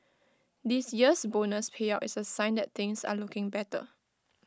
this year's bonus payout is A sign that things are looking better